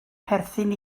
perthyn